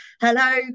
Hello